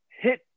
hit